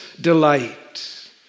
delight